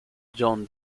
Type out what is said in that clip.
john